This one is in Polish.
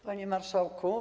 Panie Marszałku!